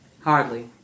Hardly